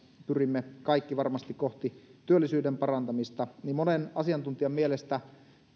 pyrimme kaikki varmasti kohti työllisyyden parantamista monen asiantuntijan mielestä